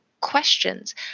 questions